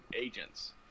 agents